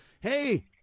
hey